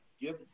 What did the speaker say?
give